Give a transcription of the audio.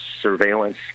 surveillance